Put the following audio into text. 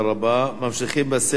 ממשיכים בסדר: